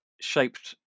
shaped